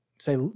Say